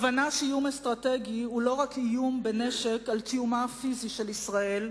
הבנה שאיום אסטרטגי הוא לא רק איום בנשק על קיומה הפיזי של ישראל,